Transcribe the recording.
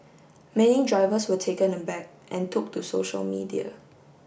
many drivers were taken aback and took to social media